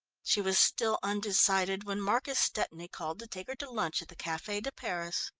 she was still undecided when marcus stepney called to take her to lunch at the cafe de paris.